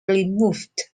removed